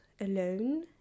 alone